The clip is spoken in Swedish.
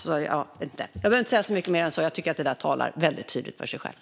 Jag behöver inte säga mycket mer än så. Jag tycker att detta talar väldigt tydligt för sig självt.